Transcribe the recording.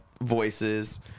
voices